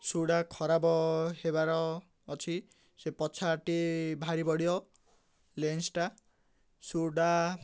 ସୁ'ଟା ଖରାପ ହେବାର ଅଛି ସେ ପଛାଟି ବାହାରି ପଡ଼ିବ ଲେନ୍ସଟା ସୁ'ଟା